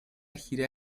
gira